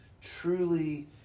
truly